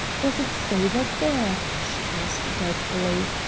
does it say that there, she asked doubtfully.